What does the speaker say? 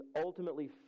ultimately